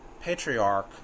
patriarch